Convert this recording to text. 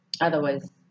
otherwise